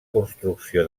construcció